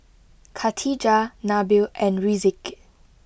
Khatijah Nabil and Rizqi